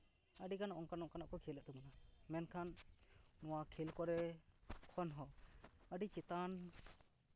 ᱟᱹᱰᱤᱜᱟᱱ ᱚᱱᱠᱟᱱ ᱚᱱᱠᱟᱱᱟᱜ ᱠᱚ ᱠᱷᱮᱞᱮᱫ ᱛᱟᱵᱚᱱᱟ ᱢᱮᱱᱠᱷᱟᱱ ᱱᱚᱣᱟ ᱠᱷᱮᱞ ᱠᱚᱨᱮ ᱮᱠᱷᱚᱱᱦᱚᱸ ᱟᱹᱰᱤ ᱪᱮᱛᱟᱱ